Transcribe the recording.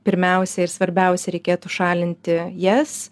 pirmiausia ir svarbiausia reikėtų šalinti jas